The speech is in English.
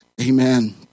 amen